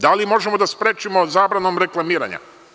Da li možemo da sprečimo zabranom reklamiranja?